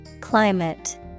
Climate